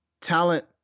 talent